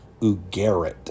Ugarit